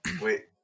wait